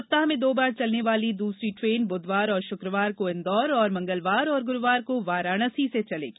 सप्ताह में दो बार चलने वाली दूसरी ट्रेन बुधवार और शुक्रवार को इंदौर और मंगलवार और गुरूवार को वाराणसी से चलेगी